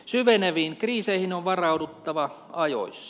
syveneviin kriiseihin on varauduttava ajoissa